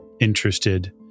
interested